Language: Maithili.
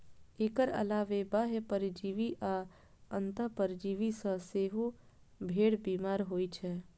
एकर अलावे बाह्य परजीवी आ अंतः परजीवी सं सेहो भेड़ बीमार होइ छै